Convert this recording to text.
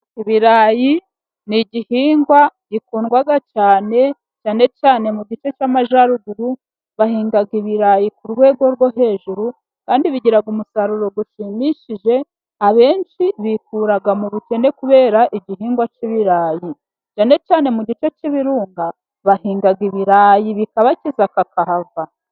Ibirayi ni igihingwa gikundwa cyane, cyane cyane mu gice cy'amajyaruguru, bahinga ibirayi ku rwego rwo hejuru, kandi bigira umusaruro ushimishije, abenshi bikura mu bukene kubera igihingwa cy'ibirayi. Cyane cyane mu gice cy'ibirunga, bahingaga ibirayi bikabakiza kakahava.